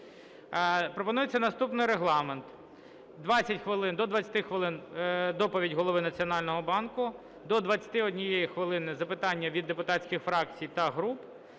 Пропонується наступний регламент: до 20 хвилин – доповідь Голови Національного банку, до 21 хвилини – запитання від депутатських фракцій та груп,